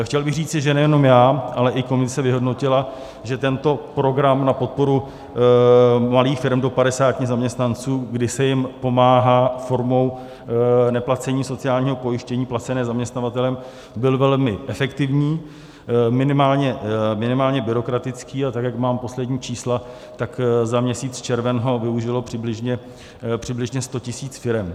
Chtěl bych říci, že nejenom já, ale i komise vyhodnotila, že tento program na podporu malých firem do 50 zaměstnanců, kdy se jim pomáhá formou neplacení sociálního pojištění placeného zaměstnavatelem, byl velmi efektivní, minimálně byrokratický, a jak mám poslední čísla, tak za měsíc červen ho využilo přibližně 100 000 firem.